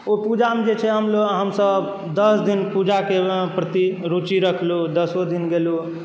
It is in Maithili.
ओ पूजामे जे छै से हमसभ दस दिन पूजा केलहुँ प्रति रुचि रखलहुँ दसो दिन गेलहुँ